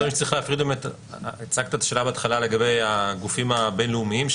הצגת שאלה בהתחלה לגבי גופים בין-לאומיים,